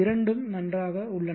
இரண்டும் நன்றாக உள்ளன